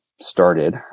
started